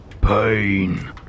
Pain